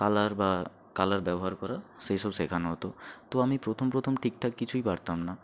colour বা colour ব্যবহার করা সেই সব শেখানো হতো তো আমি প্রথম প্রথম ঠিকঠাক কিছুই পারতাম না